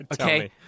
Okay